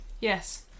Yes